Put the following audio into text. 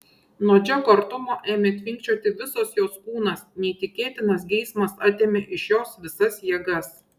nuo džeko artumo ėmė tvinkčioti visas jos kūnas neįtikėtinas geismas atėmė iš jos visas jėgas